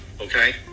Okay